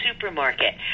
supermarket